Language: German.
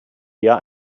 eher